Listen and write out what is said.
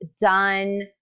done